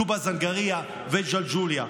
טובא-זנגרייה וג'לג'וליה.